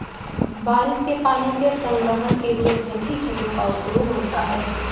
बारिश के पानी के संग्रहण के लिए घर की छतों का उपयोग होता है